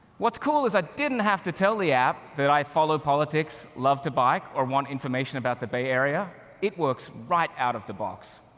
what's cool is i didn't have to tell the app that i follow politics, love to bike, or want information about the bay area it works right out of the box.